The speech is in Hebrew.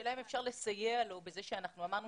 השאלה אם אפשר לסייע לו בזה שאנחנו אמרנו